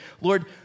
Lord